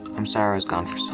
i'm sorry i was gone for so